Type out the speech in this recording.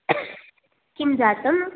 किं जातम्